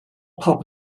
pup